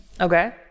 Okay